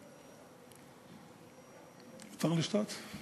מותר לשתות?